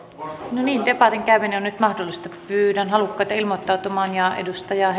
no niin debatin käyminen on nyt mahdollista pyydän halukkaita ilmoittautumaan edustaja